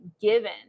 given